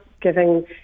giving